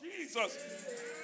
Jesus